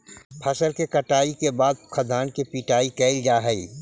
फसल के कटाई के बाद खाद्यान्न के पिटाई कैल जा हइ